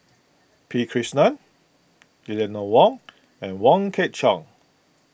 P Krishnan Eleanor Wong and Wong Kwei Cheong